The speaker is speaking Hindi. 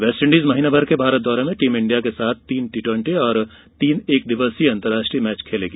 वेस्टइंडीज महीने भर के भारत दौरे में टीम इंडिया के साथ तीन टी ट्वेंटी और तीन एक दिवसीय अंतर्राष्ट्रीय मैच खेलेगी